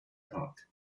park